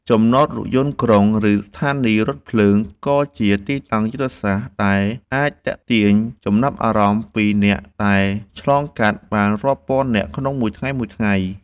ចំណតរថយន្តក្រុង ឬស្ថានីយរថភ្លើង ក៏ជាទីតាំងយុទ្ធសាស្ត្រដែលអាចទាក់ទាញចំណាប់អារម្មណ៍ពីអ្នកដំណើរឆ្លងកាត់បានរាប់ពាន់នាក់ក្នុងមួយថ្ងៃៗ។